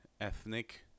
ethnic